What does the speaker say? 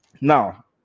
now